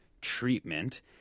treatment